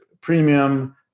premium